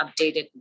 updated